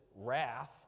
wrath